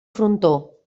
frontó